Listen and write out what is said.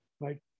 right